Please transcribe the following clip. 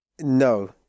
No